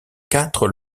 quatre